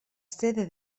sede